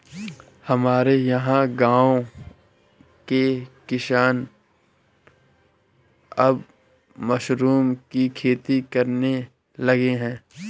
हमारे यहां गांवों के किसान अब मशरूम की खेती करने लगे हैं